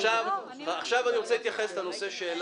עכשיו אני רוצה להתייחס לנושא שהעלה